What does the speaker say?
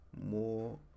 more